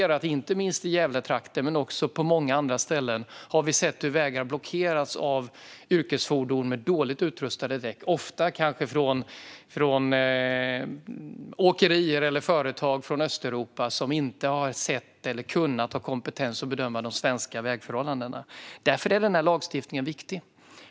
Inte minst i Gävletrakten men också på många andra ställen har vi sett hur vägarna blockeras av yrkesfordon med dåligt utrustade däck, ofta kanske från åkerier eller företag i Östeuropa som inte har sett eller kunnat ha kompetens att bedöma de svenska vägförhållandena. Därför är denna lagstiftning viktig.